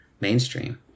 mainstream